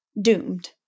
doomed